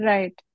Right